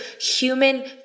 human